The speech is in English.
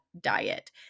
diet